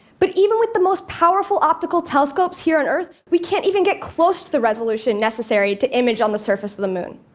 but even with the most powerful optical telescopes here on earth, we can't even get close to the resolution necessary to image on the surface of the moon.